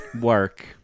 Work